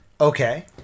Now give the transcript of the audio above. Okay